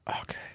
Okay